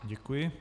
Děkuji.